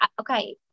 Okay